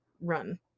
run